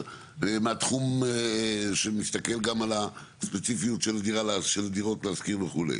מהתחום שמסתכל גם על הספציפיות של הדירות להשכיר וכו'.